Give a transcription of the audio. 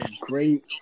great